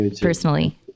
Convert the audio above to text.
personally